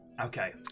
Okay